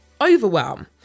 overwhelm